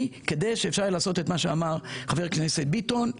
כדי שנוכל לעשות את מה שאמר חבר הכנסת ביטון,